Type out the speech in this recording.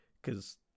Cause